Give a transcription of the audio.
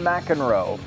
McEnroe